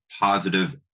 positive